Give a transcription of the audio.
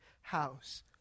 house